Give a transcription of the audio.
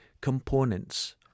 components